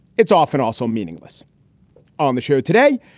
it's often also meaningless on the show today,